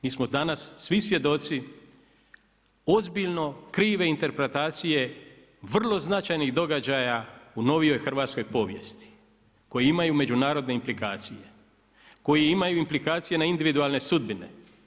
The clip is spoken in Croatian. Mi smo danas svi svjedoci ozbiljno krive interpretacije vrlo značajnih događaja u novijoj hrvatskoj povijesti koji imaju međunarodne implikacije, koji imaju implikacije na individualne sudbine.